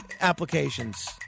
applications